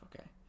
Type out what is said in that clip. okay